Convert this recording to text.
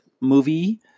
movie